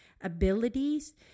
abilities